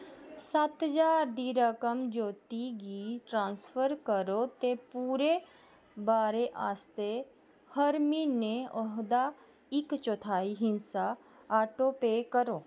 सत्त ज्हार दी रकम ज्योती गी ट्रांसफर करो ते पूरे ब'रे आस्तै हर म्हीने ओह्दा इक चौथाई हिस्सा ऑटो पे करो